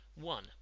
One